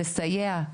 לסייע,